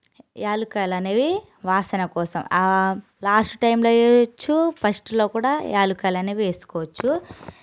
యాలుక్కాయలనేవి వాసన కోసం ఆ లాస్ట్ టైంలో వేయొచ్చు ఫస్ట్లో కూడా యాలకులనే వేసుకోవచ్చు